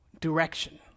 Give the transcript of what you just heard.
direction